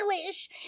English